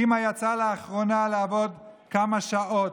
אימא יצאה לאחרונה לעבוד כמה שעות,